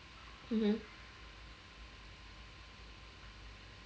mmhmm